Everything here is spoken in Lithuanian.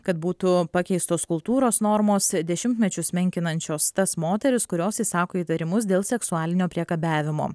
kad būtų pakeistos kultūros normos dešimtmečius menkinančios tas moteris kurios išsako įtarimus dėl seksualinio priekabiavimo